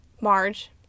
Marge